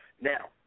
Now